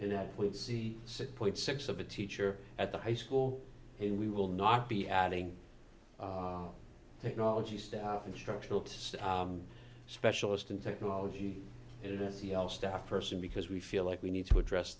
and that would see city point six of a teacher at the high school and we will not be adding technology staff instructional to specialist and technology in a c l staff person because we feel like we need to address